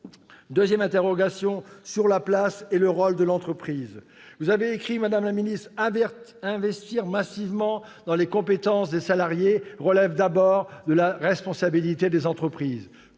deuxième interrogation porte sur la place et le rôle de l'entreprise. Vous avez écrit, madame la ministre, qu'investir massivement dans les compétences des salariés relève d'abord de la responsabilité des entreprises.